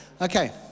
Okay